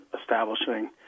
establishing